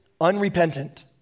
unrepentant